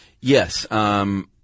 Yes